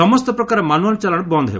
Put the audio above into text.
ସମସ୍ତ ପ୍ରକାର ମାନୁଆଲ ଚାଲାଶ ବନ୍ଦ ହେବ